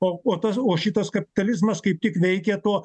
o o tas o šitas kapitalizmas kaip tik veikia tuo